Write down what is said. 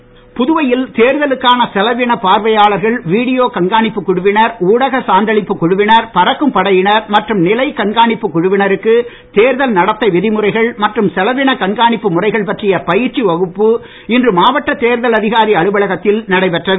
கட்டம் புதுவையில் தேர்தலுக்கான செலவின பார்வையாளர்கள் வீடியோ கண்காணிப்புக் குழுவினர் ஊடக சான்றளிப்புக் குழுவினர் பறக்கும் படையினர் மற்றும் நிலைக் கண்காணிப்பு குழுவினருக்கு தேர்தல் நடத்தை விதிமுறைகள் மற்றும் செலவின கண்காணிப்பு முறைகள் பற்றிய பயிற்சி வகுப்பு இன்று மாவட்ட தேர்தல் அதிகாரி அலுவலகத்தில் நடைபெற்றது